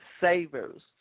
Savers